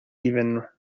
even